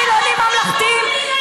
החילוניים הממלכתיים,